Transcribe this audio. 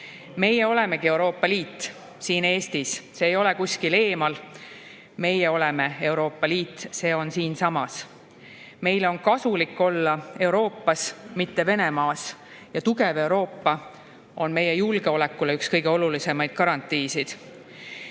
Meie olemegi Euroopa Liit siin Eestis, see ei ole kuskil eemal. Meie oleme Euroopa Liit, see on siinsamas. Meile on kasulik olla Euroopas, mitte Venemaas, ja tugev Euroopa on meie julgeolekule üks kõige olulisemaid garantiisid.